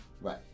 Right